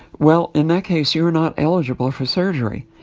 well, in that case, you're not eligible for surgery.